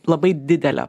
labai didelė